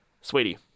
Sweetie